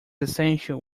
essential